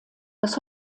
das